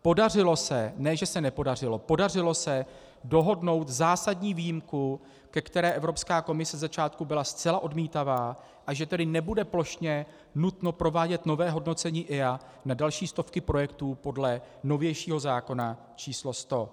Podařilo se, ne že se nepodařilo, podařilo se dohodnout zásadní výjimku, ke které Evropská komise ze začátku byla zcela odmítavá, že tedy nebude plošně nutno provádět nové hodnocení EIA na další stovky projektů podle novějšího zákona číslo 100.